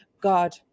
God